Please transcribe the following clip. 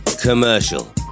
commercial